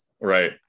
Right